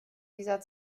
dieser